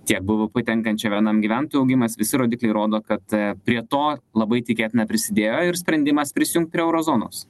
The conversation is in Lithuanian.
tiek b v p tenkančią vienam gyventojui augimas visi rodikliai rodo kad prie to labai tikėtina prisidėjo ir sprendimas prisijungt prie euro zonos